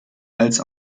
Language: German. als